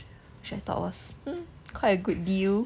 yes quite a good deal